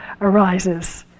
arises